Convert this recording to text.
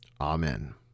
Amen